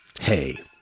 Hey